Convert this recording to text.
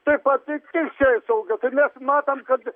tai pati teisėsauga tai mes matom kad